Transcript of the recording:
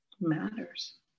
matters